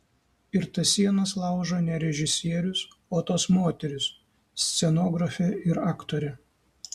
ir tas sienas laužo ne režisierius o tos moterys scenografė ir aktorė